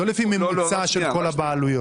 לא לפי ממוצע של כל הבעלויות.